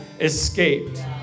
escaped